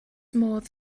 modd